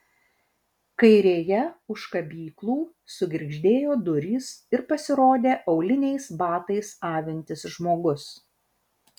kairėje už kabyklų sugirgždėjo durys ir pasirodė auliniais batais avintis žmogus